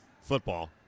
football